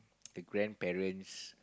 the grandparents